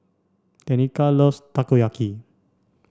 Tenika loves Takoyaki